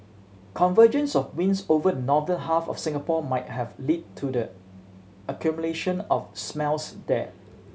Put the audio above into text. convergence of winds over the northern half of Singapore might have led to the accumulation of smells there